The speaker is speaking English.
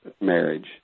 marriage